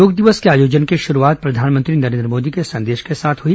योग दिवस के आयोजन की शुरूआत प्रधानमंत्री नरेन्द्र मोदी के संदेश के साथ हई